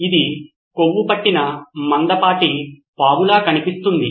ఇది కొవ్వు పట్టిన మందపాటి పాములా కనిపిస్తుంది